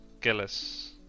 Gillis